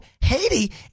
Haiti